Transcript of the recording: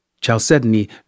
Chalcedony